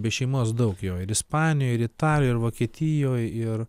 be šeimos daug jo ir ispanijoj ir italijoj ir vokietijoj ir